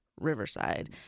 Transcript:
Riverside